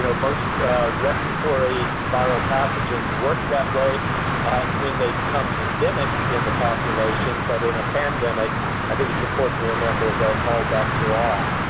you know most respiratory viral pathogens work that way when they become endemic in the population, but in a pandemic i think it's important to remember that all bets are off.